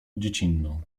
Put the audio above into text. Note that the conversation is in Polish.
dziecinną